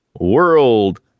world